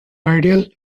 ideal